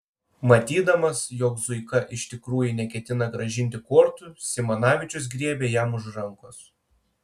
matydamas jog zuika iš tikrųjų neketina grąžinti kortų simanavičius griebė jam už rankos